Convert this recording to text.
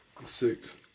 Six